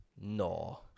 no